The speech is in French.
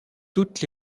toutes